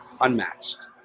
unmatched